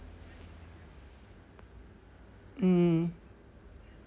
mm